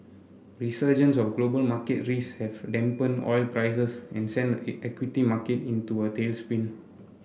resurgence of global market risks have dampened oil prices and sent the equity market into a tailspin